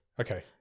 Okay